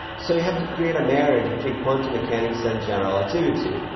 so you have to create a marriage between quantum mechanics and general relativity,